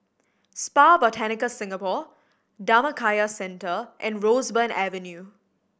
Spa Botanica Singapore Dhammakaya Centre and Roseburn Avenue